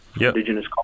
Indigenous